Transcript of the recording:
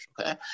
okay